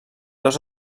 dos